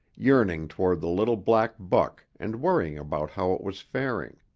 yearning toward the little black buck and worrying about how it was faring.